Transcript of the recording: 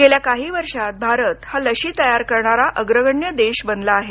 गेल्या काही वर्षांत भारत हा लशी तयार करणारा अग्रगण्य देश बनला आहे